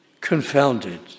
confounded